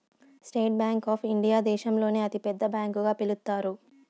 state Bank of India దేశంలోనే అతి పెద్ద బ్యాంకు గా పిలుత్తారు